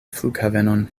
flughavenon